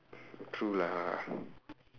true lah